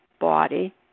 body